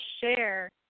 share